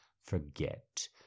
forget